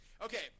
Okay